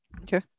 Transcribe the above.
Okay